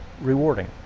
rewarding